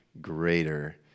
greater